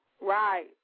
Right